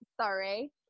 Sorry